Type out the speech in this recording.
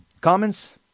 Comments